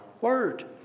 word